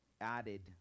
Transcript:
added